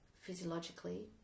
physiologically